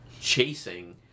chasing